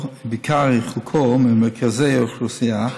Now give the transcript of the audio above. ובעיקר ריחוקו ממרכזי האוכלוסייה,